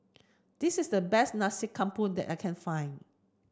this is the best Nasi Campur that I can find